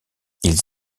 ils